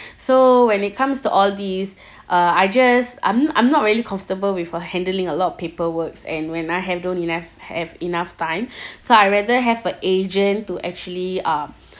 so when it comes to all these uh I just I'm I'm not really comfortable with uh handling a lot of paperwork and when I have don't enough have enough time so I rather have a agent to actually um